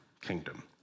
kingdom